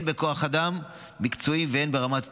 הן בכוח אדם מקצועי והן ברמת התשתיות,